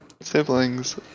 siblings